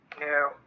No